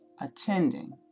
attending